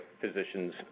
physicians